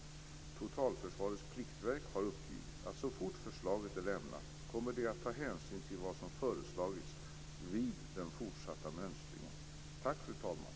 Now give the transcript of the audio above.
Totalförsvarets pliktverk har uppgivit att så fort förslaget är lämnat kommer det att ta hänsyn till vad som föreslagits vid den fortsatta mönstringen.